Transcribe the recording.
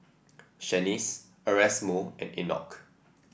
Shanice Erasmo and Enoch